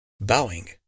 bowing